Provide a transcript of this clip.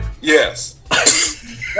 Yes